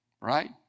right